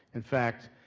in fact,